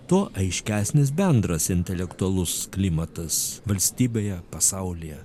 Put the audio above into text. tuo aiškesnis bendras intelektualus klimatas valstybėje pasaulyje